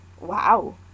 wow